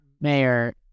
mayor